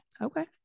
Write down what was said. Okay